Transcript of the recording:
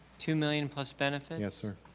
two million plus benefits? yes sir.